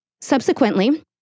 Subsequently